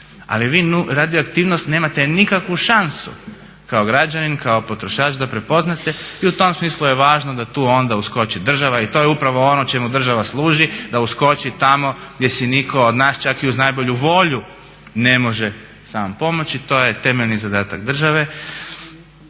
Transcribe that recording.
ali vi radioaktivnost nemate nikakvu šansu kao građanin, kao potrošač da prepoznate. I u tom smislu je važno da tu onda uskoči država. I to je upravo ono čemu država služi, da uskoči tamo gdje se nitko od nas čak i uz najbolju volju ne može sam pomoći. To je temeljni zadatak države.